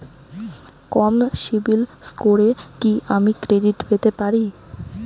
কম CIBIL স্কোরে কি আমি ক্রেডিট পেতে পারি?